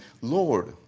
Lord